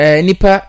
nipa